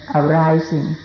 arising